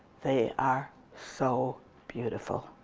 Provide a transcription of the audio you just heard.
they are so beautiful.